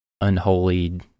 unholy